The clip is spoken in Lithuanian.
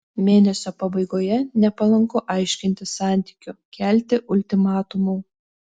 mėnesio pabaigoje nepalanku aiškintis santykių kelti ultimatumų